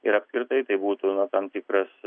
ir apskritai tai būtų na tam tikras